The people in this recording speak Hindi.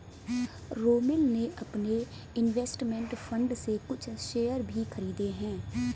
रोमिल ने अपने इन्वेस्टमेंट फण्ड से कुछ शेयर भी खरीदे है